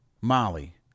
Molly